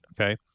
okay